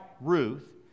Ruth